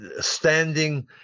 standing